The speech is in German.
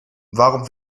warum